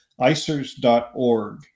ICERS.org